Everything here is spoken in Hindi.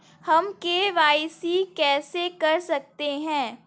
हम के.वाई.सी कैसे कर सकते हैं?